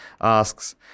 asks